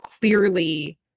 clearly